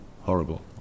Horrible